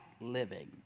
living